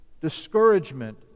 Discouragement